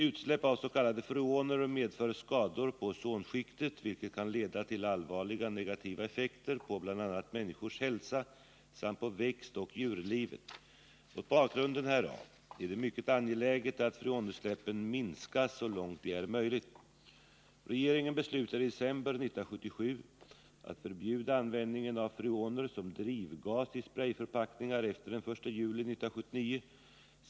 Utsläpp av s.k. freoner medför skador på ozonskiktet, vilket kan leda till allvarliga negativa effekter på bl.a. människors hälsa samt på växtoch djurlivet. Mot bakgrund härav är det mycket angeläget att freonutsläppen Nr 131 minskas så långt det är möjligt. Måndagen den Regeringen beslutade i december 1977 att förbjuda användningen av 28 april 1980 freoner som drivgas i sprejförpackningar efter den 1 juli 1979.